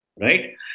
right